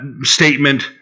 statement